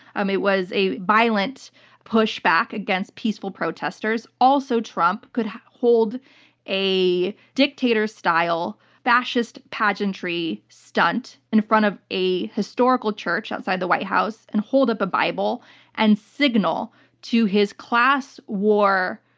um it was a violent pushback against peaceful protestors, all so trump could hold a dictator-style, fascist pageantry stunt in front of a historical church outside the white house and hold up a bible and signal his class war,